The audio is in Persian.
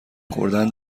خوردن